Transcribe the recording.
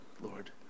Lord